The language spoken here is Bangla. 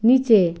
নিচে